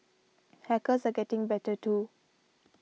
hackers are getting better too